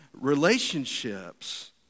Relationships